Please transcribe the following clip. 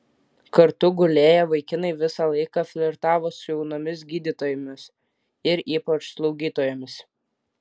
kartu gulėję vaikinai visą laiką flirtavo su jaunomis gydytojomis ir ypač slaugytojomis